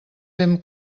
fem